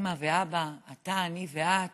אימא ואבא, אני, אתה ואת,